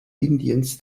indiens